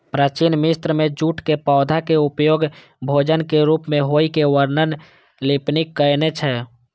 प्राचीन मिस्र मे जूटक पौधाक उपयोग भोजनक रूप मे होइ के वर्णन प्लिनी कयने छै